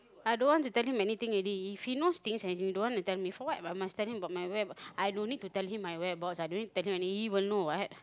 I don't want to tell him anything already if he knows things and you don't want to tell me for what I must tell him my about whereabouts I don't need to tell him my whereabouts I don't need to tell him and he will know what